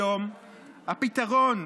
היום הפתרון,